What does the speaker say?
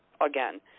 again